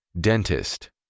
Dentist